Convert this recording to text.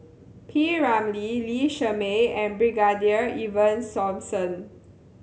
P Ramlee Lee Shermay and Brigadier Ivan Simson